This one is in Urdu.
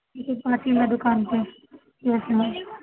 ٹھیک ہے آتی ہوں میں دُکان پہ